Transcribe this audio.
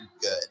good